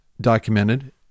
documented